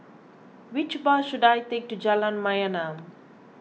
which bus should I take to Jalan Mayaanam